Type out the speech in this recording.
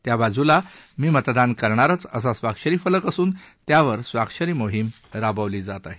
त्या बाजूला मी मतदान करणारच असा स्वाक्षरी फलक असून त्यावर स्वाक्षरी मोहीम राबवली जात आहे